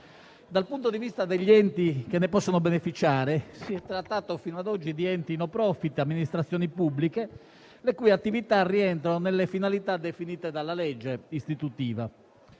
Dal punto di vista degli enti che ne possono beneficiare, si è trattato fino a oggi di enti *no profit* e di amministrazioni pubbliche, le cui attività rientrano nelle finalità definite dalla legge istitutiva.